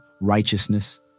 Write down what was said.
righteousness